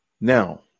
Now